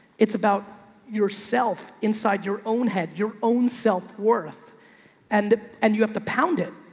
it's about yourself inside your own head, your own self worth and and you have to pound it.